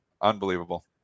unbelievable